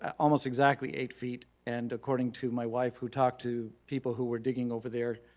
almost exactly eight feet and according to my wife who talked to people who were digging over there,